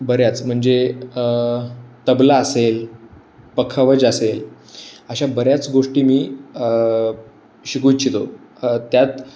बऱ्याच म्हणजे तबला असेल पखवाज असेल अशा बऱ्याच गोष्टी मी शिकू इच्छितो त्यात